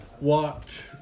walked